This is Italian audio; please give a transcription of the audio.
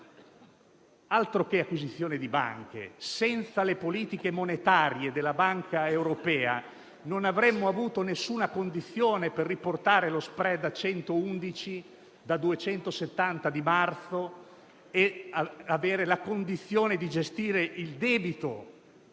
altro che acquisizione di banche. Senza le politiche monetarie della Banca centrale europea non avremmo avuto nessuna condizione per riportare lo *spread* a 111, da 270 di marzo, e per gestire un debito